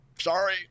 Sorry